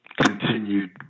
continued